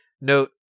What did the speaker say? Note